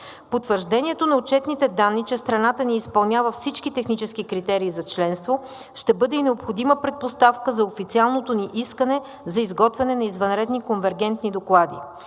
Потвърждението на отчетните данни, че страната ни изпълнява всички технически критерии за членство, ще бъде и необходима предпоставка за официалното ни искане за изготвяне на извънредни конвергентни доклади.